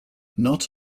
not